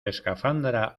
escafandra